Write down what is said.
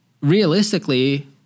realistically